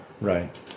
right